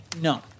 No